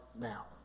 now